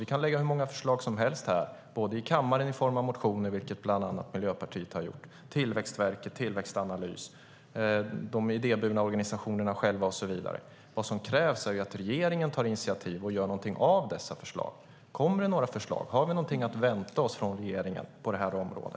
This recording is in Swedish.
Vi kan lägga fram hur många förslag som helst, antingen här i kammaren i form av motioner - vilket bland annat Miljöpartiet har gjort - eller genom Tillväxtverket, Tillväxtanalys, de idéburna organisationerna och så vidare. Men det som krävs är att regeringen tar initiativ och gör något av dessa förslag. Kommer det några förslag? Har vi något att vänta oss från regeringen på detta område?